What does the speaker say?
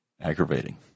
aggravating